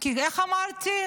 כי איך אמרתי?